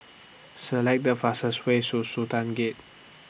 Select The fastest Way Su Sultan Gate